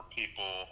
people